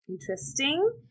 Interesting